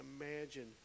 imagine